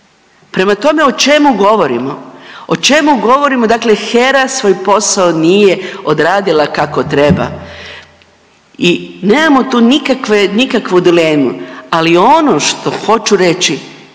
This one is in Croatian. Prema tome o čemu govorimo? O čemu govorimo? Dakle, HERA svoj posao nije odradila kako treba i nemamo tu nikakvu dilemu, ali ono što hoću reći